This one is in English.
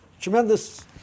Tremendous